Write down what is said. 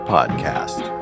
Podcast